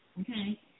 okay